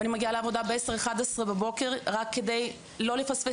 ואני מגיע ב-10 או 11 בבוקר רק כדי לא לפספס